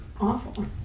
awful